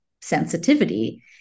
sensitivity